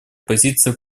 позиции